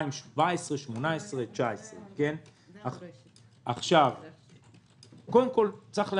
ב-2017, 2018, 2019. קודם כול, אני